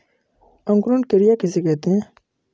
अंकुरण क्रिया किसे कहते हैं?